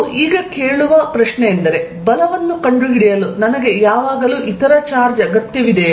ನಾವು ಈಗ ಕೇಳುವ ಪ್ರಶ್ನೆಯೆಂದರೆ ಬಲವನ್ನು ಕಂಡುಹಿಡಿಯಲು ನನಗೆ ಯಾವಾಗಲೂ ಇತರ ಚಾರ್ಜ್ ಅಗತ್ಯವಿದೆಯೇ